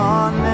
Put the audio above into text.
on